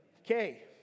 Okay